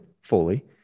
fully